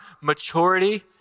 maturity